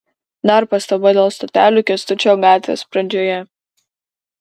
dar pastaba dėl stotelių kęstučio gatvės pradžioje